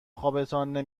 خوابتان